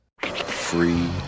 Free